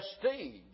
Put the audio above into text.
prestige